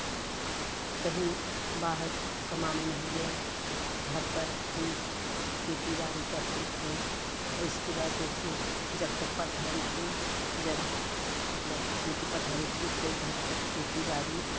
कहीं बाहर कमाने नहीं गए घर पर ही खेती बाड़ी करते थे और इसके बाद जैसे जब तक प्रधान थे जब मतलब उनकी प्रधानी छूट गई घर पर खेती बाड़ी